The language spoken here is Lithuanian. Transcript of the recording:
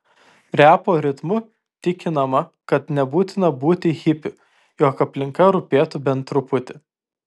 repo ritmu tikinama kad nebūtina būti hipiu jog aplinka rūpėtų bent truputį